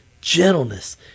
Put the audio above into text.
gentleness